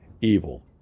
evil